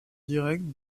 directe